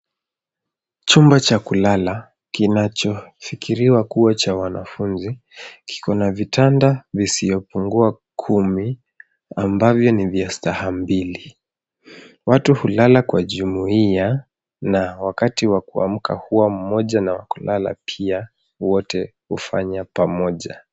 Chumba cha kulala kinachofikiriwa kuwa cha wanafunzi kiko na vitanda visiopungua kumi ambavyo ni vya staha mbili .Watu hulala kwa jumuiya na wakati wa kuamka huwa mmoja na wa kulala pia wote hufanya pamoja.